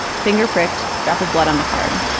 finger-pricked, drop of blood on the card.